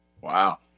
Wow